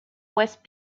west